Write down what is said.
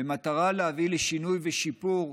במטרה להביא לשינוי ושיפור,